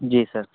जी sir